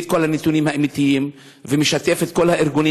את כל הנתונים האמיתיים ומשתף את כל הארגונים,